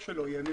איך שלא יהיה.